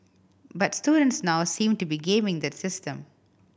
but students now seem to be gaming the system